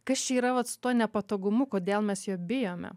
kas čia yra vat su tuo nepatogumu kodėl mes jo bijome